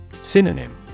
Synonym